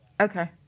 Okay